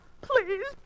Please